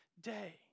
day